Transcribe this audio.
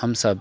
हम सभ